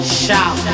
shout